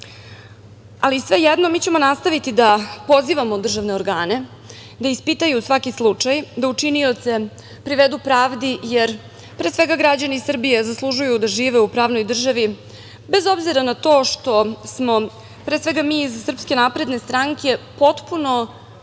Srbiji. Svejedno, mi ćemo nastaviti da pozivamo državne organe da ispitaju svaki slučaj, da učinioce privedu pravdi, jer, pre svega, građani Srbije zaslužuju da žive u pravnoj državi, bez obzira na to što smo, pre svega mi iz SNS, potpuno